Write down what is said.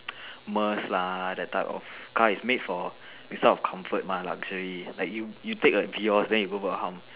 Merce lah that type of car is made for this kind of comfort mah luxury like you take a Vios then you go for a hump